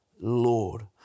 Lord